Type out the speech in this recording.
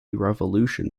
revolution